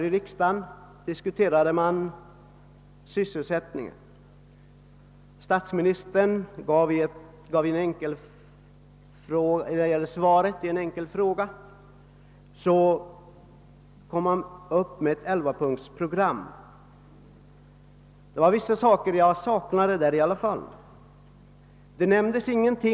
I går diskuterade vi sysselsättningsfrågorna här i riksdagen, och statsministern föredrog då ett elvapunktsprogram i ett svar på en enkel fråga. Jag saknade emellertid några uppgifter i det programmet.